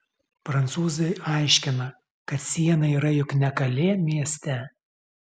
prancūzai aiškina kad siena yra juk ne kalė mieste